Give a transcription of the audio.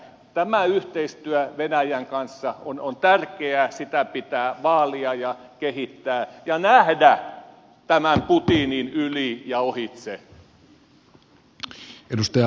tämä yhteistyö venäjän kanssa on tärkeää sitä pitää vaalia ja kehittää ja nähdä tämän putinin yli ja ohitse